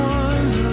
ones